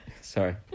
Sorry